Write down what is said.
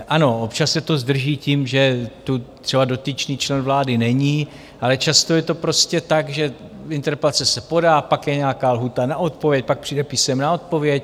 Ano, občas se to zdrží tím, že tu třeba dotyčný člen vlády není, ale často je to prostě tak, že interpelace se podá, pak je nějaká lhůta na odpověď, pak přijde písemná odpověď.